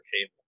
Cable